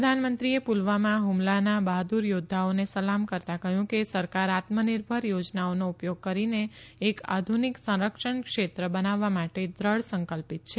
પ્રધાનમંત્રીએ પુલવામાં ફમલાના બહાદુર યોધ્ધાઓને સલામ કરતા કહ્યું કે સરકાર આત્મનિર્ભર યોજનાઓનો ઉપયોગ કરીને એક આધુનિક સંરક્ષણ ક્ષેત્ર બનાવવા માટે દૃઢ સંકલ્પ છે